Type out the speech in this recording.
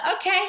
okay